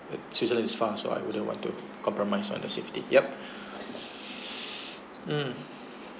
uh switzerland is far so I wouldn't want to compromise on the safety yup mm